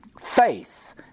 faith